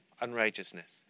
unrighteousness